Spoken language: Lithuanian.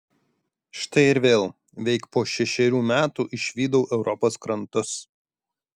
štai ir vėl veik po šešerių metų išvydau europos krantus